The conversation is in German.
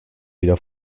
wieder